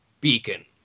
beacon